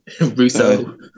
Russo